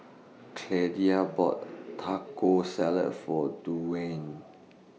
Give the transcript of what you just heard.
bought Taco Salad For Duwayne